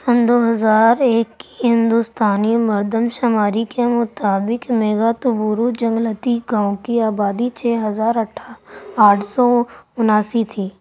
سن دو ہزار ایک کی ہندوستانی مردم شماری کے مطابق میگھا توبرو جنگلاتی گاؤں کی آبادی چھ ہزار اٹھا آٹھ سو انیاسی تھی